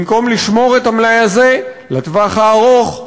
במקום לשמור את המלאי הזה לטווח הארוך,